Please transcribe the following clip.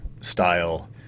style